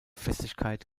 festigkeit